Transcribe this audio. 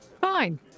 Fine